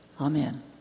Amen